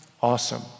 Awesome